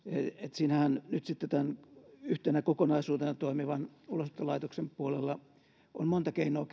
siinähän nyt sitten tämän yhtenä kokonaisuutena toimivan ulosottolaitoksen puolella on monta keinoa